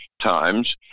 times